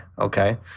okay